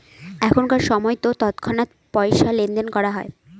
এখনকার সময়তো তৎক্ষণাৎ পয়সা লেনদেন করা হয়